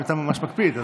אם אתה ממש מקפיד,